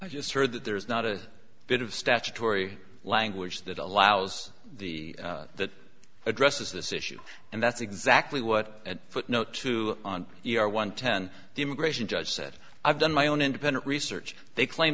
i just heard that there is not a bit of statutory language that allows the that addresses this issue and that's exactly what a footnote to on your one ten the immigration judge said i've done my own independent research they claim